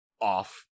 off